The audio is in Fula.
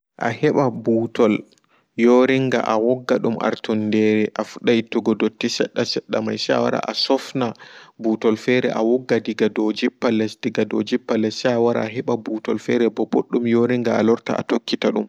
A heɓa ɓuutol yoringa a wogga ɗum artundere a fuɗɗa ittigo dotti sedda sedda mai se awara asofna ɓutol fere awogga diga dou jippa less diga dow jippa les sai a ware a heɓa butol fereɓo ɓoddum yoringa se a tokkita ɗum.